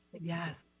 Yes